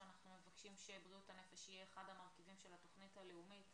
שאנחנו מבקשים שבריאות הנפש יהיה אחד המרכיבים של התוכנית הלאומית